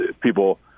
people